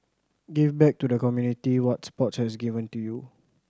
give back to the community what sports has given you